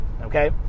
Okay